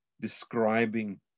describing